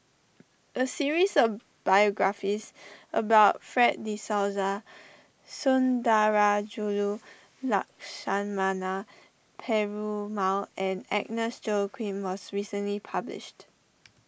a series of biographies about Fred De Souza Sundarajulu Lakshmana Perumal and Agnes Joaquim was recently published